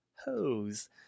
hose